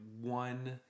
one